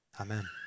Amen